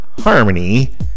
harmony